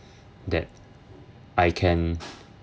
that I can